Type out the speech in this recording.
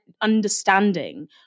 understanding